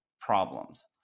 problems